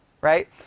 Right